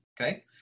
Okay